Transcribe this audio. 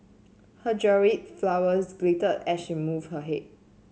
her jewelled flowers glittered as she moved her head